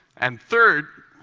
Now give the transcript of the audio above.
and third,